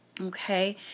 Okay